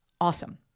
awesome